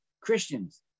Christians